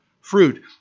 fruit